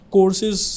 courses